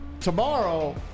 tomorrow